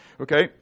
Okay